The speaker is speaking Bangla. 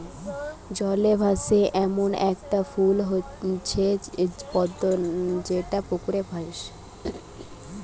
জলে ভাসে এ্যামন একটা ফুল হচ্ছে পদ্ম যেটা পুকুরে হচ্ছে